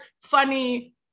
funny